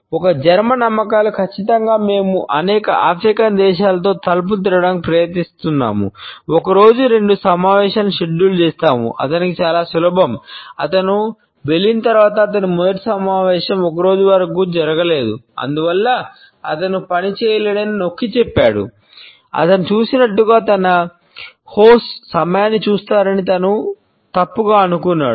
ఒక జర్మన్ సమయాన్ని చూస్తారని అతను తప్పుగా అనుకున్నాడు